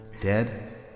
Dead